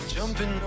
Jumping